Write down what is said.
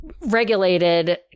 regulated